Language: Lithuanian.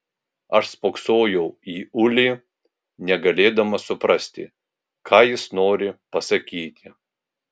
aš spoksojau į ulį negalėdama suprasti ką jis nori pasakyti